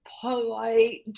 polite